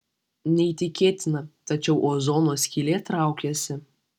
neįtikėtina tačiau ozono skylė traukiasi